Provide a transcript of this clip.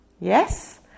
yes